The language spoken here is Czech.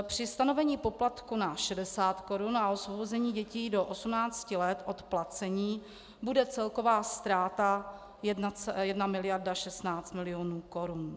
Při stanovení poplatku na 60 korun a osvobození dětí do 18 let od placení bude celková ztráta 1 mld. 16 mil. korun.